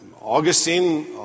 Augustine